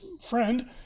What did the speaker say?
friend